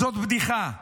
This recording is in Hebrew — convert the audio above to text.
זאת בדיחה,